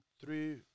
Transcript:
three